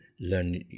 learn